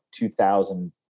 2000